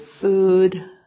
food